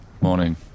Morning